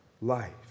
life